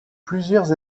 plusieurs